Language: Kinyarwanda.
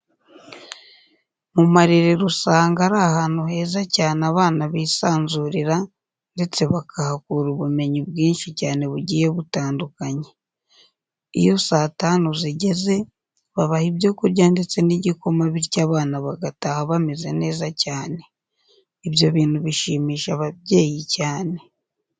Mu marerero usanga ari ahantu heza cyane abana bisanzurira ndetse bakahakura ubumenyi bwinshi cyane bugiye butandukanye. Iyo saa tanu zigeze babaha ibyo kurya ndetse n'igikoma bityo abana bagataha bameze neza cyane. Ibyo bintu bishimisha ababyeyi cyane.